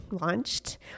launched